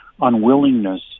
unwillingness